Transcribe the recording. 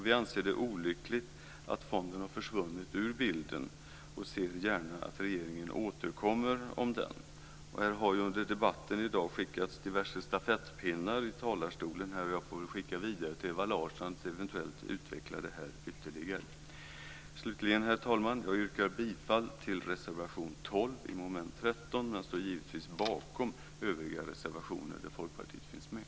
Vi anser att det är olyckligt att fonden har försvunnit ur bilden och ser gärna att regeringen återkommer om den saken. Under debatten i dag har det ju skickats diverse stafettpinnar här från talarstolen. Jag får väl skicka vidare till Ewa Larsson att eventuellt utveckla det här ytterligare. Slutligen, herr talman, yrkar jag bifall till reservation 12 under mom. 13 men givetvis står jag bakom övriga reservationer där Folkpartiet finns med.